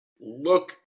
look